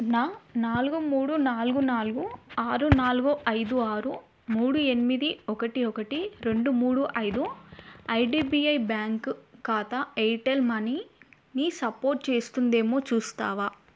నా నాలుగు మూడు నాలుగు నాలుగు ఆరు నాలుగు ఐదు ఆరు మూడు ఎనిమిది ఒకటి ఒకటి రెండు మూడు ఐదు ఐడీబీఐ బ్యాంక్ ఖాతా ఎయిర్టెల్ మనీని సపోర్టు చేస్తుందేమో చూస్తావా